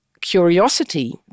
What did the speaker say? curiosity